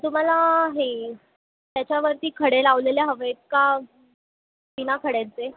तुम्हाला हे त्याच्यावरती खडे लावलेले हवे आहेत का बिना खड्यांचे